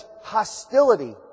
hostility